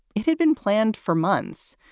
it had been planned for months.